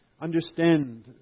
Understand